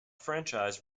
franchise